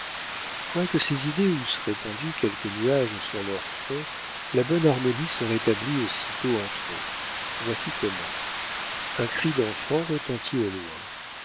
quoique ces idées eussent répandu quelques nuages sur leurs fronts la bonne harmonie se rétablit aussitôt entre eux voici comment un cri d'enfant retentit au loin